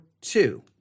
two